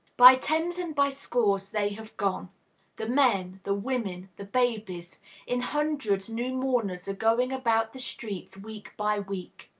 by tens and by scores they have gone the men, the women, the babies in hundreds new mourners are going about the streets, week by week.